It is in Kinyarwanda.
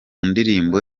ndirimbo